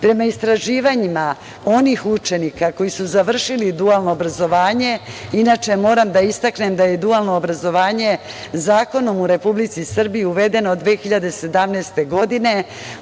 istraživanjima onih učenika koji su završili dualno obrazovanje, inače, moram da istaknem, dualno je obrazovanje zakonom u Republici Srbiji uvedeno 2017. godine,